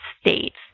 States